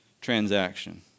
transaction